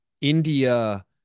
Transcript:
India